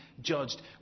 judged